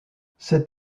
cet